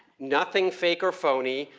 nothing fake or phony,